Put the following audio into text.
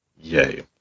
Yay